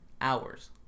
hours